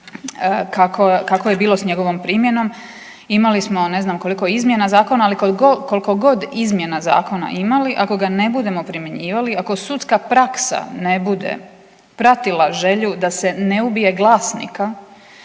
kako je bilo s njegovom primjenom, imali smo ne znam koliko izmjena zakona, ali koliko god izmjena zakona imali, ako ga ne budemo primjenjivali, ako sudska praksa ne bude pratila želju da se ne ubije glasnika,